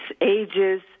ages